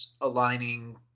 aligning